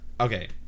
okay